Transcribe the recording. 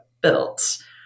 built